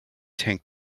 tank